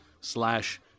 slash